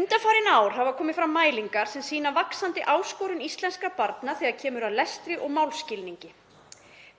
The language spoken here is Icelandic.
Undanfarin ár hafa komið fram mælingar sem sýna vaxandi áskorun íslenskra barna þegar kemur að lestri og málskilningi.